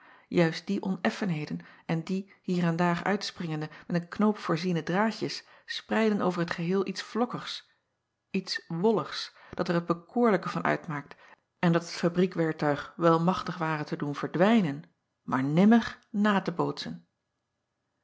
juist die oneffenheden en die hier en daar uitspringende met een knoop voorziene draadjes spreiden over t geheel iets vlokkigs iets wolligs dat er het bekoorlijke van uitmaakt en dat het fabriekwerktuig wel machtig ware te doen verdwijnen maar nimmer na te bootsen